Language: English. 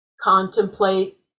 contemplate